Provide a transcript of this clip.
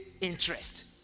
interest